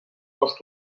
cost